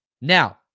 Now